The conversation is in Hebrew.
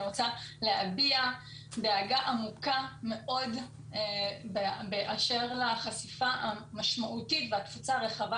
להביע דאגה עמוקה מאוד באשר לחשיפה המשמעותית והתפוצה הרחבה